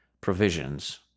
provisions